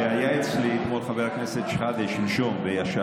כשהיה אצלי שלשום חבר הכנסת אבו שחאדה וישבנו,